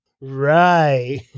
right